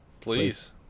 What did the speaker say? please